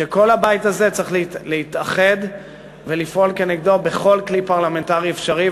שכל הבית הזה צריך להתאחד ולפעול כנגדו בכל כלי פרלמנטרי אפשרי.